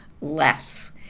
less